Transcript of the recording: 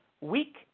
weak